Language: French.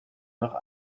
heures